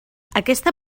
aquesta